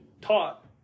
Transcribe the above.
taught